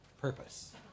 purpose